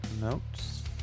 notes